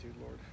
Lord